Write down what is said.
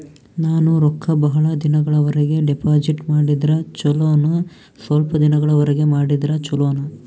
ನಾನು ರೊಕ್ಕ ಬಹಳ ದಿನಗಳವರೆಗೆ ಡಿಪಾಜಿಟ್ ಮಾಡಿದ್ರ ಚೊಲೋನ ಸ್ವಲ್ಪ ದಿನಗಳವರೆಗೆ ಮಾಡಿದ್ರಾ ಚೊಲೋನ?